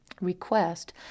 request